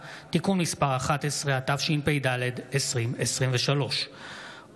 שיפוי המעסיק על